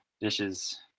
dishes